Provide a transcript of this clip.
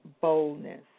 boldness